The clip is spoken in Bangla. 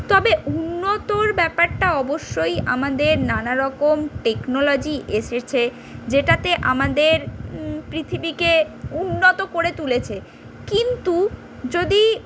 তবে উন্নতর ব্যাপারটা অবশ্যই আমাদের নানারকম টেকনোলজি এসেছে যেটাতে আমাদের পৃথিবীকে উন্নত করে তুলেছে কিন্তু যদি